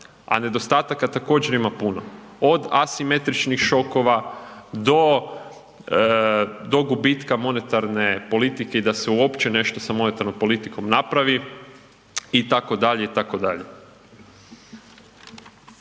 a nedostataka također ima puno, od asimetričnih šokova do, do gubitka monetarne politike i da se uopće nešto sa monetarnom politikom napravi itd., itd.